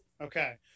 Okay